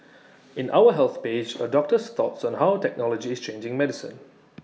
in our health page A doctor's thoughts on how technology is changing medicine